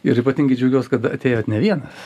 ir ypatingai džiaugiuos kad atėjot ne vienas